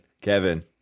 Kevin